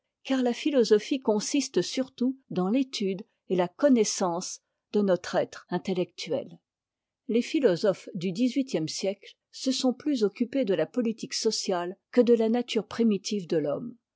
car la phi osophie consiste surtout dans fétude et la connaissance de notre être intellectuel les philosophes du dix-huitième siècie se sont plus occupés de la politique sociale que de la nature primitive de l'homme